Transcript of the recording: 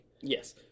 Yes